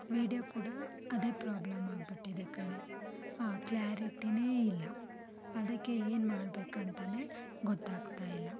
video ಕೂಡ ಅದೇ problem ಆಗ್ಬಿಟ್ಟಿದೆ ಕಣೆ ಆಂ ಕ್ಲ್ಯಾರಿಟಿನೇ ಇಲ್ಲ ಅದಕ್ಕೆ ಏನು ಮಾಡ್ಬೇಕಂತನೇ ಗೊತ್ತಾಗ್ತಾ ಇಲ್ಲ